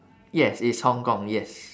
yes it's hong kong yes